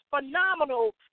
phenomenal